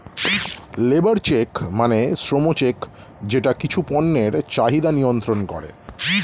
labour check মানে শ্রম check যেটা কিছু পণ্যের চাহিদা নিয়ন্ত্রন করে